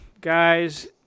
Guys